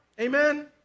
Amen